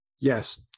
yes